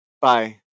Bye